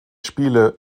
spiele